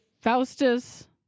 Faustus